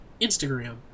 Instagram